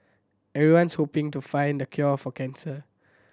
everyone's hoping to find the cure for cancer